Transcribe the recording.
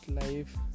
life